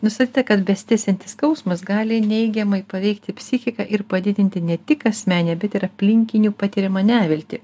nustatyta kad besitęsiantis skausmas gali neigiamai paveikti psichiką ir padidinti ne tik asmeninę bet ir aplinkinių patiriamą neviltį